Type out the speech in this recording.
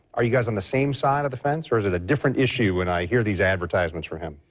are you guys on the same side of the fence or is it a different issue when i hear these advertisements for him?